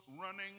running